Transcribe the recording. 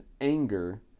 anger